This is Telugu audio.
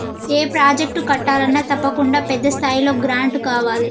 ఏ ప్రాజెక్టు కట్టాలన్నా తప్పకుండా పెద్ద స్థాయిలో గ్రాంటు కావాలి